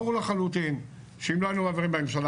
ברור לחלוטין שאם לא היינו מעבירים בממשלה